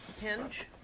hinge